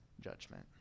judgment